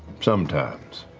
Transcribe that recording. sometimes.